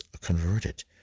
converted